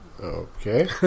Okay